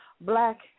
black